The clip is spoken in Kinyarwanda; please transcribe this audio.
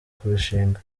kurushinga